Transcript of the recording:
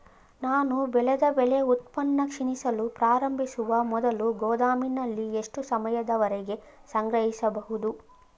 ನಾನು ಬೆಳೆದ ಬೆಳೆ ಉತ್ಪನ್ನ ಕ್ಷೀಣಿಸಲು ಪ್ರಾರಂಭಿಸುವ ಮೊದಲು ಗೋದಾಮಿನಲ್ಲಿ ಎಷ್ಟು ಸಮಯದವರೆಗೆ ಸಂಗ್ರಹಿಸಬಹುದು?